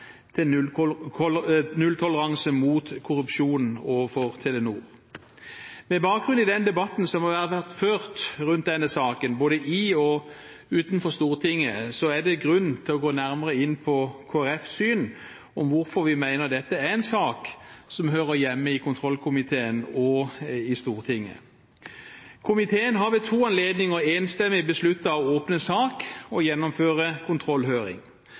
kravet til nulltoleranse for korrupsjon overfor Telenor. Med bakgrunn i debatten som har vært ført rundt denne saken, både i og utenfor Stortinget, er det grunn til å gå nærmere inn på Kristelig Folkepartis syn om hvorfor vi mener dette er en sak som hører hjemme i kontroll- og konstitusjonskomiteen og i Stortinget. Komiteen har ved to anledninger enstemmig besluttet å åpne sak og gjennomføre kontrollhøring.